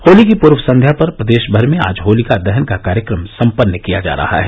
होली की पूर्व संध्या पर प्रदेश भर में आज होलिका दहन का कार्यक्रम सम्पन्न किया जा रहा है